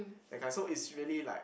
that kind so is really like